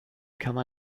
kammer